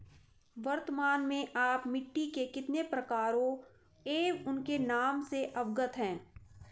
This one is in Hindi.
वर्तमान में आप मिट्टी के कितने प्रकारों एवं उनके नाम से अवगत हैं?